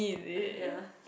ah ya